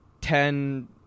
ten